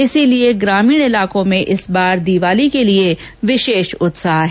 इसीलिये ग्रामीण इलाकों में इस बार दीवाली के लिये विशेष उत्साह है